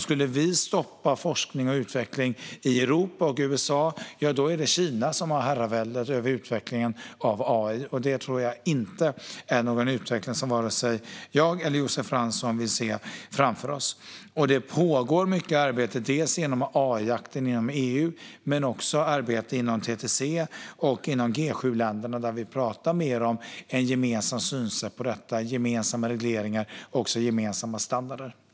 Skulle vi stoppa forskning och utveckling i Europa och USA är det Kina som har herraväldet över utvecklingen av AI. Det tror jag inte är någon utveckling som vare sig jag eller Josef Fransson vill se framför oss. Det pågår mycket arbete inom AI-akten inom EU men också arbete inom TTC och inom G7-länderna där vi talar mer om ett gemensamt synsätt på detta med gemensamma regleringar och också gemensamma standarder.